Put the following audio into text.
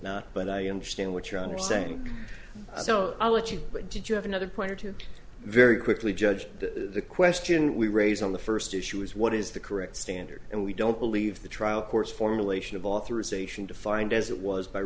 not but i understand what you're saying so i'll let you but did you have another point or two very quickly judge the question we raised on the first issue is what is the correct standard and we don't believe the trial court's formulation of authorization defined as it was by